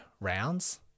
rounds